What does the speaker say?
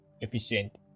efficient